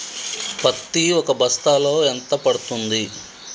పత్తి ఒక బస్తాలో ఎంత పడ్తుంది?